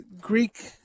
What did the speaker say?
Greek